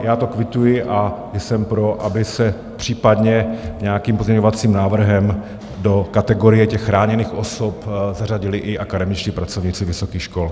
Já to kvituji a jsem pro, aby se případně nějakým pozměňovacím návrhem do kategorie chráněných osob zařadili i akademičtí pracovníci vysokých škol.